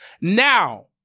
Now